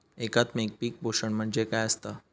एकात्मिक पीक पोषण म्हणजे काय असतां?